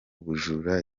ubujura